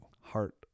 Heart